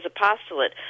apostolate